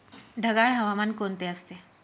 ढगाळ हवामान कोणते असते?